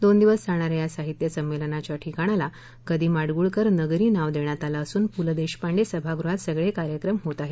दोन दिवस चालणाऱ्या या साहित्य संमेलनाच्या ठिकाणाला ग दी माडगुळकर नगरी नाव देण्यात आल असून पू ल देशपांडे सभागृहात सगळे कार्यक्रम होत आहेत